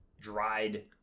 dried